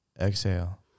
Exhale